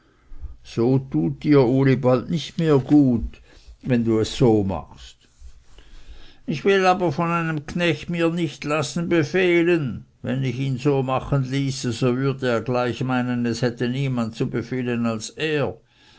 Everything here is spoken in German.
so tut dir uli bald nicht mehr gut wenn du es so machst ich will aber von einem knecht mir nicht lassen befehlen wenn ich ihn so machen ließe so würde er gleich meinen es hätte niemand zu befehlen als er